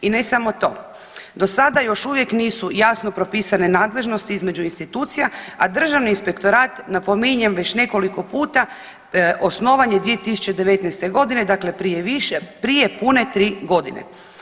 I ne samo to, do sada još uvijek nisu jasno propisane nadležnosti između institucija, a Državni inspektorat napominjem već nekoliko puta osnovan je 2019. godine, dakle prije više, prije pune tri godine.